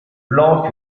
plans